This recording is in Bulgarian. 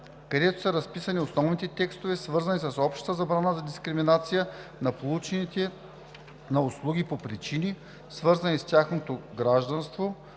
където са разписани основните текстове, свързани с обща забрана за дискриминация на получателите на услуги по причини, свързани с тяхното гражданство,